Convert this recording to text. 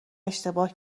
اشتباه